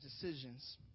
decisions